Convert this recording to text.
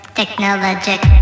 technologic